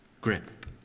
grip